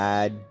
add